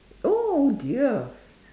oh dear